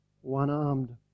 one-armed